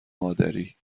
مادری